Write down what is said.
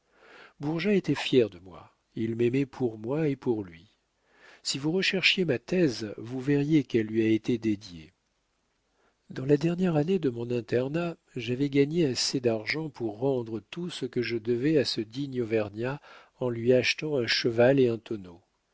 était fier de moi il m'aimait pour moi et pour lui si vous recherchiez ma thèse vous verriez qu'elle lui a été dédiée dans la dernière année de mon internat j'avais gagné assez d'argent pour rendre tout ce que je devais à ce digne auvergnat en lui achetant un cheval et un tonneau